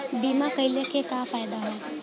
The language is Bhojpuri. बीमा कइले का का फायदा ह?